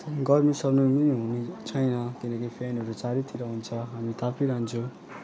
गर्मीसर्मी पनि हुने छैन किनकि फेनहरू चारैतिर हुन्छ हामी तापि रहन्छौँ